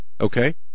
Okay